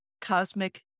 cosmic